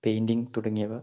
painting തുടങ്ങിയവ